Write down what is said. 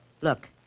Look